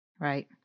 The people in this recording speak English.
Right